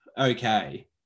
okay